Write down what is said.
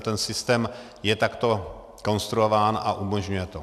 Ten systém je takto konstruován a umožňuje to.